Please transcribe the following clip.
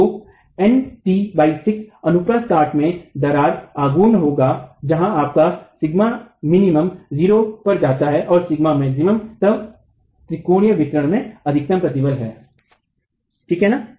तो Nt 6 अनुप्रस्थ काट में दरार अघूर्ण होगा जहां आपका σmin 0 पर जाता है और σmax अब त्रिकोणीय वितरण में अधिकतम प्रतिबल है ठीक है ना